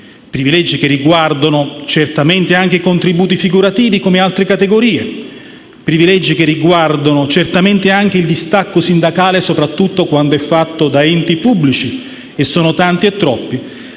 privilegi. Essi riguardano certamente anche i contributi figurativi, come altre categorie; riguardano il distacco sindacale, soprattutto quando è fatto da enti pubblici - che sono tanti e troppi